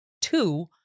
two